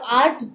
art